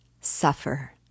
Suffer